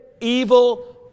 evil